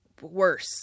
worse